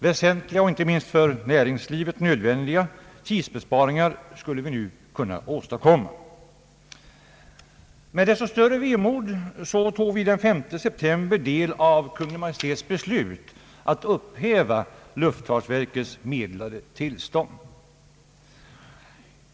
Väsentliga och inte minst för näringslivet nödvändiga tidsbesparingar skulle nu kunna åstadkommas. Med desto större vemod tog vi den 5 september del av Kungl. Maj:ts beslut att upphäva luftfartsverkets meddelade tillstånd.